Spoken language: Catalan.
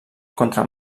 contra